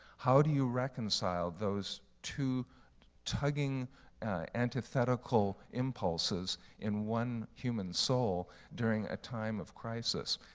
how do you reconcile those two tugging antithetical impulses in one human soul during a time of crisis?